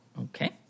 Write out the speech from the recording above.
Okay